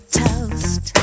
toast